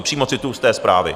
Přímo cituji z té zprávy.